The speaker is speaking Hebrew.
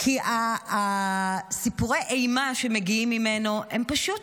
כי סיפורי האימה שמגיעים ממנו הם פשוט,